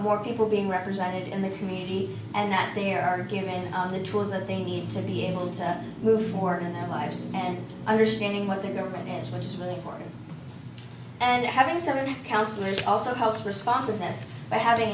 more people being represented in the community and that they are given the tools that they need to be able to move forward in their lives and understanding what the government is which is really important and having seven councillors also helps responsiveness by having